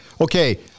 okay